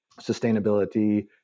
sustainability